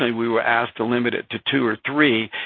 ah we were asked to limit it to two or three.